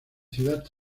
ciudad